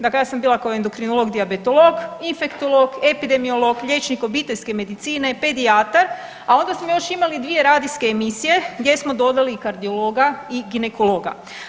Dakle, ja sam bila kao endokrinolog, dijabetolog, inflektolog, epidemiolog, liječnik obiteljske medicine, pedijatar, a onda smo još imali 2 radijske emisije gdje smo dodali i kardiologa i ginekologa.